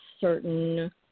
certain